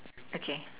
okay